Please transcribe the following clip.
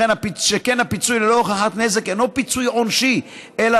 שכן הפיצוי ללא הוכחת נזק אינו פיצוי עונשי אלא